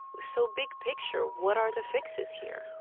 so big picture, what are the fixes here?